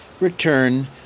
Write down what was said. return